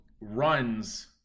runs